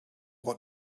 what